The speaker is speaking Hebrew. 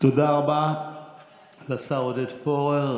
תודה רבה לשר עודד פורר.